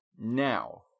now